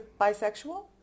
bisexual